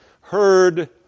heard